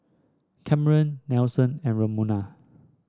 Cameron Nelson and Ramona